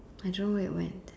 I don't know where it went